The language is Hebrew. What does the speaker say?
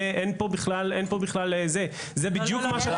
זה בדיוק מה שאתם מנסים לעשות.